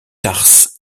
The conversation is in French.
tarse